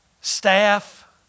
staff